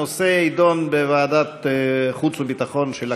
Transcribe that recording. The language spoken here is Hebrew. הנושא יידון בוועדת החוץ והביטחון של הכנסת.